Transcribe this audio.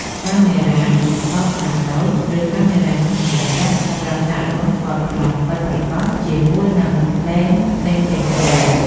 កាមេរ៉ាឌីជីថលខ្នាតតូច ឬកាមេរ៉ាគ្មានកញ្ចក់ សម្រាប់សាកល្បងថតប្លង់ពិតប្រាកដជាមួយនឹងឡេនផ្សេងៗគ្នា។